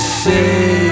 say